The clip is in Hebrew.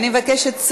אני מבקשת.